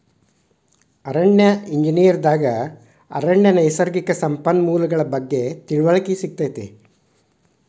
ಅರಣ್ಯ ಎಂಜಿನಿಯರ್ ದಾಗ ಅರಣ್ಯ ನೈಸರ್ಗಿಕ ಸಂಪನ್ಮೂಲಗಳ ಬಗ್ಗೆ ತಿಳಿವಳಿಕೆ ಸಿಗತೈತಿ